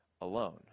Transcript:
Alone